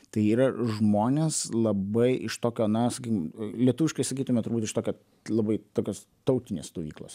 tai yra žmonės labai iš tokio na sakim lietuviškai sakytume turbūt iš tokio labai tokios tautinės stovyklos